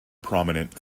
prominent